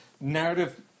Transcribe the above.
narrative